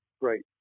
great